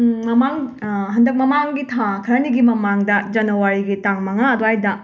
ꯃꯃꯥꯡ ꯑ ꯍꯟꯗꯛ ꯃꯃꯥꯡꯒꯤ ꯊꯥ ꯈꯔꯅꯤꯒꯤ ꯃꯃꯥꯡꯗ ꯖꯅꯋꯥꯔꯤꯒꯤ ꯇꯥꯡ ꯃꯉꯥ ꯑꯗꯨꯋꯥꯏꯗ